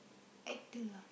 actor ah